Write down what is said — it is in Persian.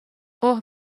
اوه